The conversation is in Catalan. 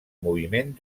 moviment